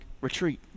retreat